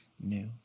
new